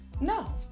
no